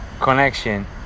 connection